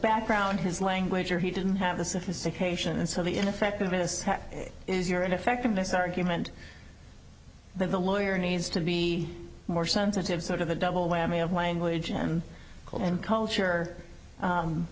background his language or he didn't have the sophistication and so the ineffectiveness is your ineffectiveness argument but the lawyer needs to be more sensitive sort of the double whammy of language and culture